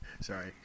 Sorry